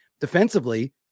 defensively